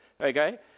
Okay